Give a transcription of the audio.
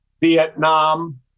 Vietnam